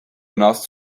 enough